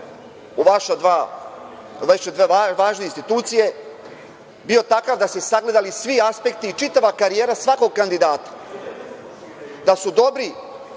u vaše dve važne institucije, bio takav da su se sagledali svi aspekti i čitava karijera svakog kandidata, da su dobri